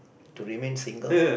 to remain single